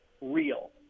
real